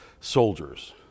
soldiers